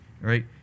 right